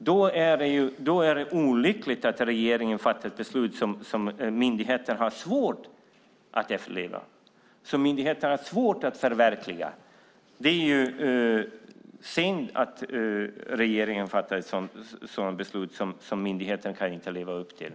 Det är då olyckligt att regeringen har fattat ett beslut som myndigheten har svårt att efterleva och förverkliga. Det är synd att regeringen fattar sådana beslut som myndigheten inte kan leva upp till.